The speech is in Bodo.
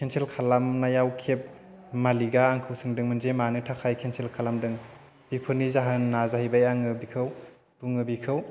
खेनसेल खालामनायाव खेब मालिकआ आंखौ सोंदोंमोन जे मानि थाखाय खेनसेल खालामदों बेफोरनि जाहोना जाहैबाय आङो बेखौ बुङो बिखौ